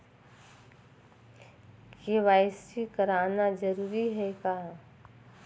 KYC कराना जरूरी है का?